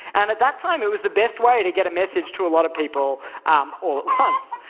and at that time, it was the best way to get a message to a lot of people all at once.